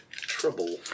trouble